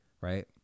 right